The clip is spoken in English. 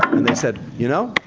and they said, you know?